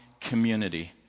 community